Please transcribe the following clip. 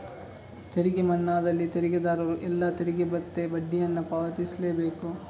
ತೆರಿಗೆ ಮನ್ನಾದಲ್ಲಿ ತೆರಿಗೆದಾರರು ಎಲ್ಲಾ ತೆರಿಗೆ ಮತ್ತೆ ಬಡ್ಡಿಯನ್ನ ಪಾವತಿಸ್ಲೇ ಬೇಕು